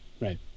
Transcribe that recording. Right